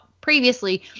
previously